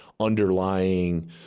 underlying